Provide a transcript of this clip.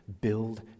Build